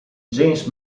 james